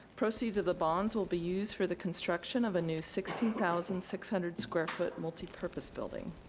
proceeds of the bonds will be used for the construction of a new sixty thousand six hundred square foot multi-purpose building.